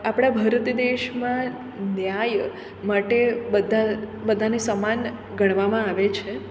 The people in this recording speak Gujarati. આપણા ભારત દેશમાં ન્યાય માટે બધા બધાને સમાન ગણવામાં આવે છે